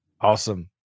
Awesome